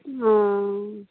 हँ